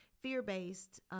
fear-based